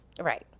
Right